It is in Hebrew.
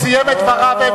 הוא סיים את דבריו.